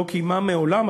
לא קיימה מעולם,